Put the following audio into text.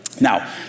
Now